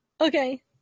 okay